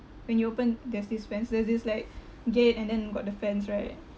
when you open there's this fence there's this like gate and then got the fence right